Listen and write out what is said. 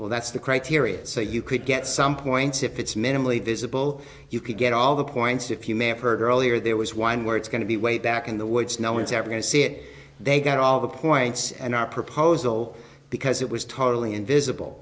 well that's the criteria so you could get some points if it's minimally visible you could get all the points if you may have heard earlier there was one where it's going to be way back in the woods no one's ever going to see it they got all the points and our proposal because it was totally invisible